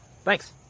Thanks